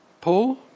Paul